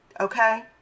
Okay